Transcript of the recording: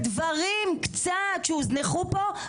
בדברים קצת שהוזנחו פה,